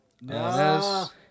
No